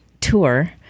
tour